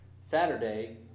Saturday